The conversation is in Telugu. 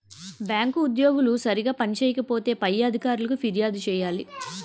బ్యాంకు ఉద్యోగులు సరిగా పని చేయకపోతే పై అధికారులకు ఫిర్యాదు చేయాలి